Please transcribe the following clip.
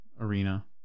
arena